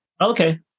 Okay